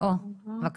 ארבע